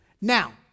Now